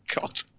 God